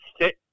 sit